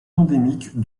endémiques